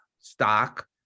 stock